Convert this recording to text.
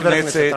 חבר הכנסת,